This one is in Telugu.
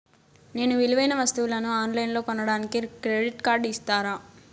నేను విలువైన వస్తువులను ఆన్ లైన్లో కొనడానికి క్రెడిట్ కార్డు ఇస్తారా?